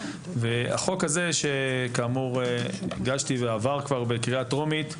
החוק הזה שכאמור הגשתי ועבר כבר בקריאה טרומית,